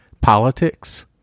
politics